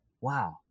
wow